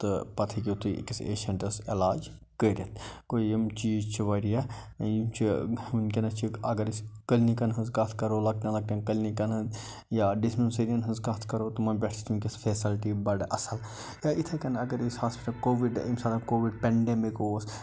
تہٕ پتہٕ ہیٚکِو تُہۍ أکِس پیشنٹس عٮ۪لاج کٔرِتھ گوٚو یِم چیٖز چھِ وارِیاہ یِم چھِ وُنکٮ۪نس چھِ اگر أسۍ کلنِکن ہٕنٛز کَتھ کَرو لکٹٮ۪ن لکٹٮ۪ن کلنِکن ہٕنٛز یا دسپنسٔری ین ہٕنٛز کَتھ کَرو تِمن پٮ۪تھ چھِ وُنکٮ۪نس فیسلٹی بڑٕ اَصٕل یا یِتھَے کٔنۍ اگر أسۍ ہاسپٹل کووِڈ ییٚمہِ ساتہٕ کوٚوِڈ پیٚنڈَمِک اوس